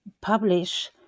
publish